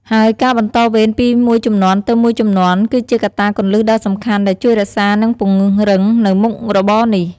ហើយការបន្តវេនពីមួយជំនាន់ទៅមួយជំនាន់គឺជាកត្តាគន្លឹះដ៏សំខាន់ដែលជួយរក្សានិងពង្រឹងនូវមុខរបរនេះ។